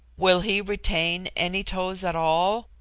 will he retain any toes at all,